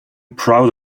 proud